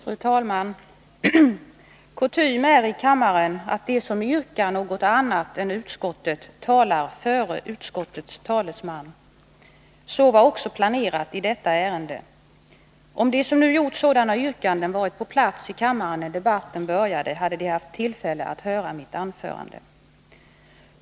Fru talman! Kutym är i kammaren att de som yrkar något annat än utskottet talar före utskottets talesman. Så var också planerat i detta ärende. Om de som nu gjort sådana yrkanden varit på plats i kammaren när debatten började, hade de haft tillfälle att höra mitt anförande.